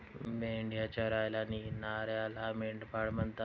मेंढ्या चरायला नेणाऱ्याला मेंढपाळ म्हणतात